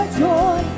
joy